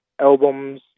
albums